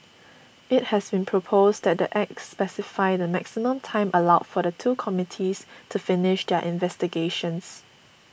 it has been proposed that the Act specify the maximum time allowed for the two committees to finish their investigations